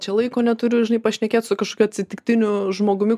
čia laiko neturiu žinai pašnekėt su kažkokiu atsitiktiniu žmogumi